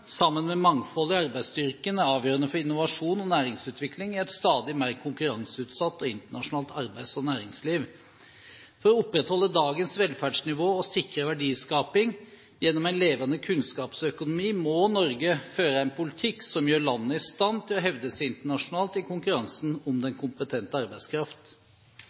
sammen med mangfold i arbeidsstyrken er avgjørende for innovasjon og næringsutvikling i et stadig mer konkurranseutsatt og internasjonalt arbeids- og næringsliv. For å opprettholde dagens velferdsnivå og sikre verdiskaping gjennom en levende kunnskapsøkonomi må Norge føre en politikk som gjør landet i stand til å hevde seg internasjonalt i konkurransen om den kompetente arbeidskraft.